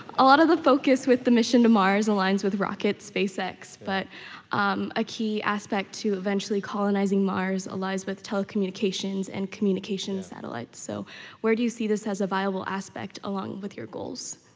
a lot of the focus with the mission to mars aligns with rockets, spacex, but a key aspect to eventually colonizing mars lies with telecommunications and communication satellites, so where do you see this as a viable aspect along with your goals?